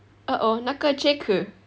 oh oh 那个 jake